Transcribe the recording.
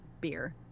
beer